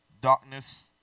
darkness